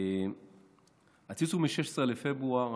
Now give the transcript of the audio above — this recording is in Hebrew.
הציוץ הוא מ-16 בפברואר,